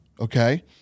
okay